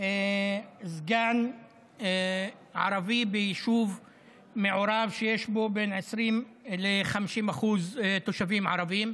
סגן ערבי ביישוב מעורב שיש בו בין 20% ל-50% תושבים ערבים.